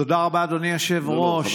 תודה רבה, אדוני היושב-ראש.